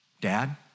Dad